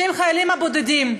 שהם חיילים בודדים,